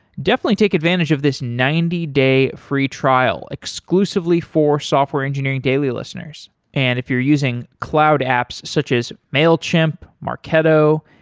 definitely take advantage of this ninety day free trial exclusively for software engineering daily listeners. and if you're using cloud apps such as mailchimp, marketo,